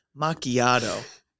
macchiato